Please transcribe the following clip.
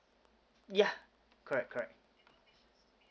yeah correct correct